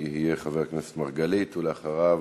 אחריו, אם יהיה, חבר הכנסת מרגלית, ואחריו,